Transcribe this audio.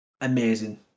amazing